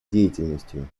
деятельностью